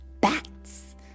bats